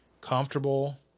comfortable